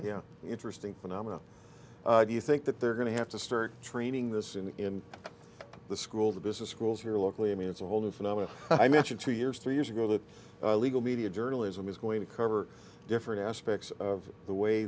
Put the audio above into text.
yeah interesting phenomena do you think that they're going to have to start training this in the school the business schools here locally i mean it's a whole new phenomena i mentioned two years three years ago that legal media journalism is going to cover different aspects of the way